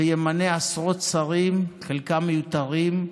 וימנה עשרות שרים, חלקם מיותרים,